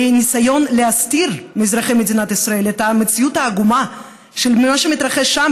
בניסיון להסתיר מאזרחי מדינת ישראל את המציאות העגומה של מה שמתרחש שם,